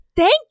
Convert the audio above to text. Thank